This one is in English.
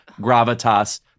gravitas